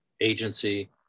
agency